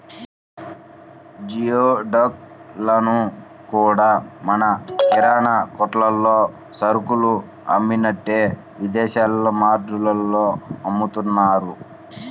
geoduck లను కూడా మన కిరాణా కొట్టుల్లో సరుకులు అమ్మినట్టే విదేశాల్లో మార్టుల్లో అమ్ముతున్నారు